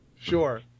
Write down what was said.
Sure